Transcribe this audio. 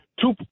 Two